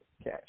Okay